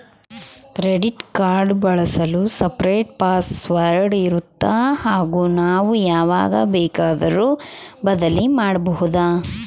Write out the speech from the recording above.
Credit card ಬಳಸಲು separate password ಇರುತ್ತಾ ಹಾಗೂ ನಾವು ಯಾವಾಗ ಬೇಕಾದರೂ ಬದಲಿ ಮಾಡಬಹುದಾ?